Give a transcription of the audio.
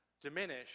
diminish